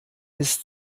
ist